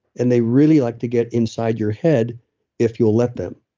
and they really like to get inside your head if you'll let them.